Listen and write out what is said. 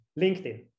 LinkedIn